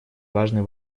важный